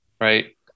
right